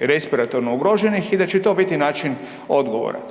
respiratorno ugroženih i da će to biti način odgovora.